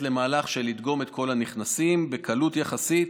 למהלך של דגימת כל הנכנסים בקלות יחסית.